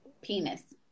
penis